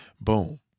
boom